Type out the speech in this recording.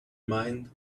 mind